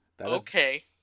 okay